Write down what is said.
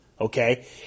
Okay